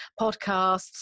podcasts